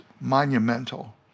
monumental